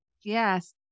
Yes